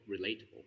relatable